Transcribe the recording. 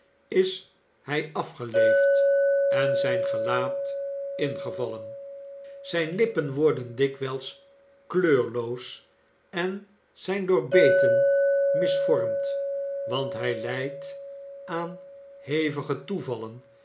is hij afgeleefd en zijn gelaat ingevallen zijne lippen worden dikwijls kleurloos en zijn door beten misvormd want hij lijdt aan hevige toevallen